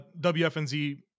WFNZ